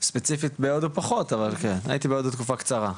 ספציפית בהודו פחות, אבל הייתי בהודו תקופה קצרה.